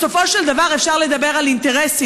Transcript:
בסופו של דבר, אפשר לדבר על אינטרסים.